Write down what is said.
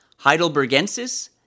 Heidelbergensis